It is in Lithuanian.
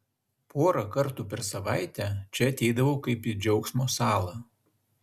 porą kartų per savaitę čia ateidavau kaip į džiaugsmo salą